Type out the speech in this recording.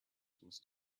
must